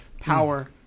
power